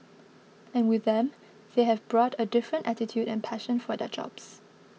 and with them they have brought a different attitude and passion for their jobs